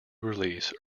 release